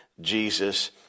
Jesus